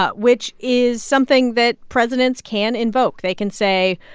ah which is something that presidents can invoke. they can say,